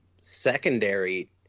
secondary